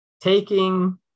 taking